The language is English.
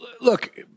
Look